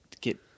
get